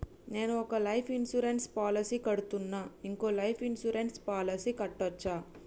నేను ఒక life insurance policy కడ్తున్నా, ఇంకో లైఫ్ ఇన్సూరెన్స్ పాలసీ కట్టొచ్చా?